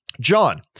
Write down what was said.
John